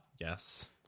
yes